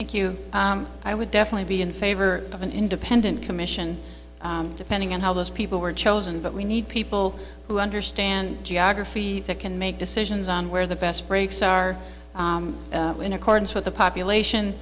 thank you i would definitely be in favor of an independent commission depending on how those people were chosen but we need people who understand geography that can make decisions on where the best breaks are in accordance with the population